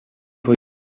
for